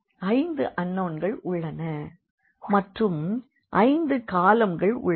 5 அன்னோன்கள் உள்ளன மற்றும் 5 காலம்கள் உள்ளன